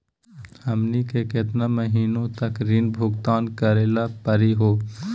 हमनी के केतना महीनों तक ऋण भुगतान करेला परही हो?